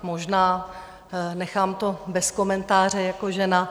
Možná, nechám to bez komentáře jako žena.